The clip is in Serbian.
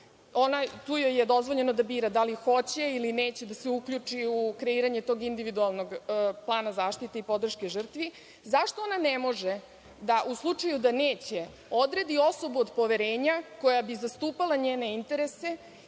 joj je dozvoljeno da bira da li hoće ili neće da se uključi u kreiranju tog individualnog plana zaštite i podrške žrtvi, ne može, u slučaju da neće, odredi osobu od poverenja koja bi zastupala njene interese